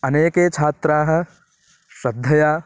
अनेके छात्राः श्रद्धया